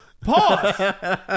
Pause